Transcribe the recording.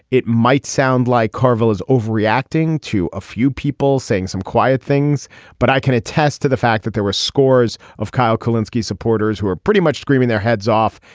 it might sound like carville is overreacting to a few people saying some quiet things but i can attest to the fact that there were scores of kyle carlin's key supporters who are pretty much screaming their heads off.